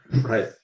Right